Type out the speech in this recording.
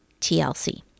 TLC